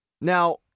Now